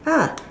ah